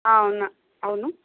ఆ అవును అవును